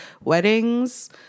weddings